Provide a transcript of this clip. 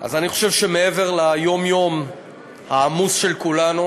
אז אני חושב שמעבר ליום-יום העמוס של כולנו,